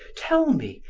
tell me,